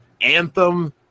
Anthem